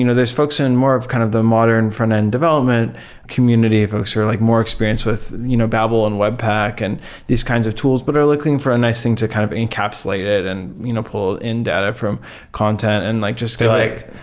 you know folks in more of kind of the modern frontend development community, folks who are like more experienced with you know babel and webpack and these kinds of tools but are looking for a nice thing to kind of encapsulate it and you know pull in data from content and like just be like,